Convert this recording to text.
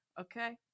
okay